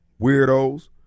weirdos